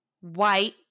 white